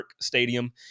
Stadium